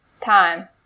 time